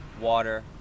water